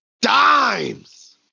Dimes